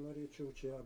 norėčiau čia